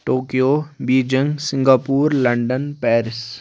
Tokyo Beijing Singapore London Paris